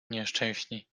nieszczęśni